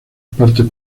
partes